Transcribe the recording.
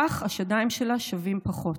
כך השדיים שלה שווים פחות.